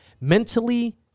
mentally